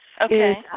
Okay